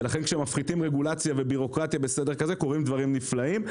ולכן כשמפחיתים רגולציה ובירוקרטיה בסדר גודל כזה קורים דברים נפלאים.